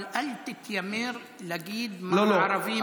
אבל אל תתיימר להגיד מה הערבים רוצים,